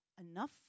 enough